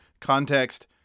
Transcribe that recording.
context